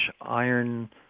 iron